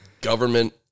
government